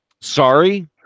sorry